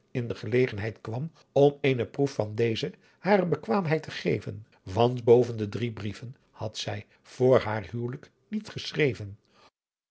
in de gelegenheid kwam om eene proef van deze hare bekwaamheid te geven want boven de drie brieven had zij voor haar huwelijk niet geschreven